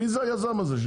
מי זה היזם הזה?